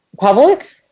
public